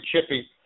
chippy